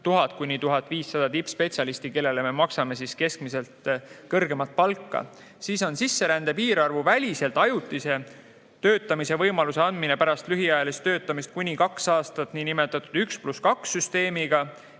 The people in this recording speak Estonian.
1000–1500 tippspetsialisti, kellele me maksaksime keskmisest kõrgemat palka. Siis on siin sisserände piirarvu väliselt ajutise töötamise võimaluse andmine pärast lühiajalist töötamist kuni kaheks aastaks, niinimetatud 1 + 2 süsteemi